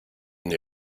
n’ai